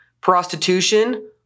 prostitution